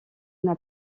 n’a